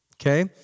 Okay